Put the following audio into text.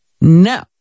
No